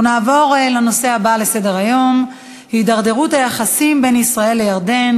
אנחנו נעבור לנושא הבא בסדר-היום: הידרדרות היחסים בין ישראל לירדן,